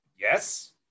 Yes